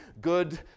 good